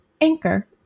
Anchor